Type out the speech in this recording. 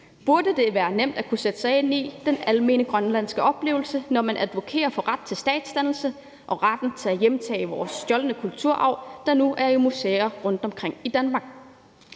burde det være nemt at kunne sætte sig ind i den almene grønlandske oplevelse, når med advokerer for ret til statsdannelse og retten til at hjemtage vores stjålne kulturarv, der nu er i museer rundtomkring i Danmark.